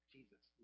Jesus